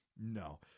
No